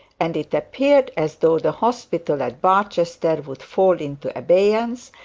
and it appeared as though the hospital at barchester would fall into abeyance,